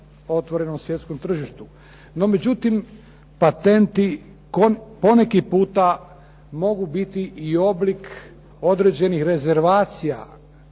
otvorenom svjetskom tržištu. No međutim, patentni poneki puta mogu biti i oblik određenih rezervacija